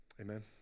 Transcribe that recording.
Amen